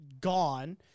gone